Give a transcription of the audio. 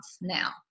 now